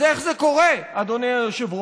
אז איך זה קורה, אדוני היושב-ראש?